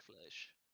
flesh